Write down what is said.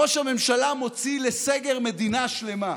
ראש הממשלה מוציא לסגר מדינה שלמה.